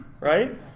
right